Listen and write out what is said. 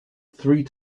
three